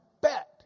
bet